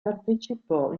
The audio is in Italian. partecipò